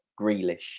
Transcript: Grealish